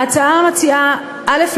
ההצעה מציעה: א.